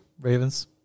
Ravens